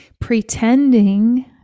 Pretending